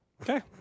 Okay